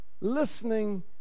listening